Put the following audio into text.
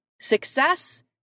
success